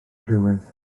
friwydd